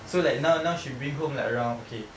so like now now she bring home like around okay